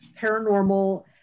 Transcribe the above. paranormal